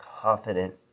confident